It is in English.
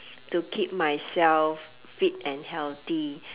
to keep myself fit and healthy